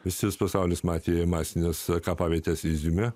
visi pasaulis matė masinės kapavietės iziume